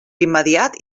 immediat